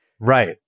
Right